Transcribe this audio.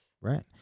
Right